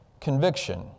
conviction